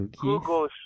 Google